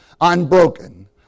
unbroken